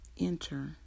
Enter